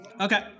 Okay